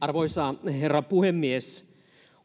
arvoisa herra puhemies